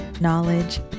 knowledge